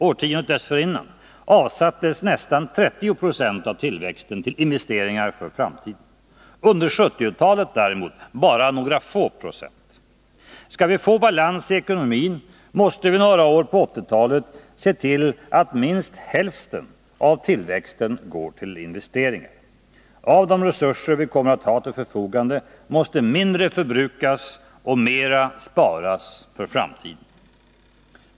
årtiondet dessförinnan, avsattes nästan 30 9260 av tillväxten till investeringar för framtiden — under 1970-talet däremot bara några få procent. Skall vi få balans i ekonomin måste vi under några år på 1980-talet se till att minst hälften av tillväxten går till investeringar. Av de resurser vi kommer att ha till förfogande måste mindre förbrukas och mera sparas för framtiden.